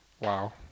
Wow